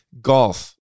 golf